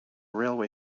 railway